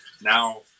now